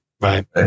Right